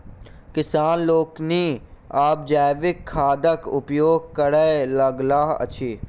किसान लोकनि आब जैविक खादक उपयोग करय लगलाह अछि